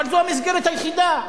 אבל זאת המסגרת היחידה,